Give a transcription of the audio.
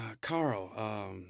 Carl